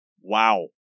wow